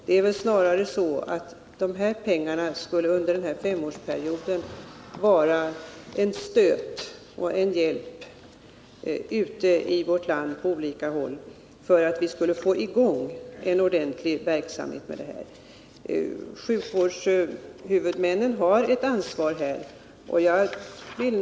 Det är väl snarare så att dessa pengar under femårsperioden skulle ge stöd och hjälp på olika håll ute i vårt land för att vi skulle få i gång en ordentlig verksamhet. Sjukvårdshuvudmännen har här ett ansvar.